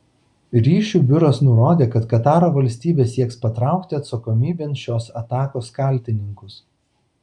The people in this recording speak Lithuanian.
ryšių biuras nurodė kad kataro valstybė sieks patraukti atsakomybėn šios atakos kaltininkus